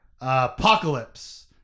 Apocalypse